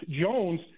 Jones